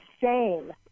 shame